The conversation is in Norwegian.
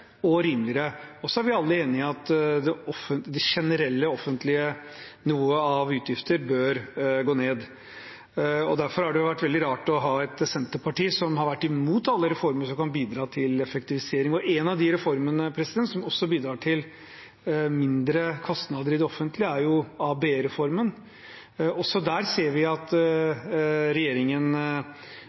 og rimeligere. Vi er alle enige om at noen av de generelle offentlige utgiftene bør gå ned. Derfor har det vært veldig rart å ha et Senterparti som har vært imot alle reformer som kan bidra til effektivisering. Én av reformene som også bidrar til mindre kostnader i det offentlige, er ABE-reformen. Også der ser vi at regjeringen